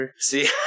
See